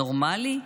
נורמלי?